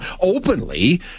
openly